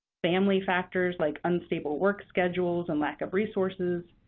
family factors like unstable work schedules and lack of resources,